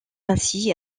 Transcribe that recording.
ainsi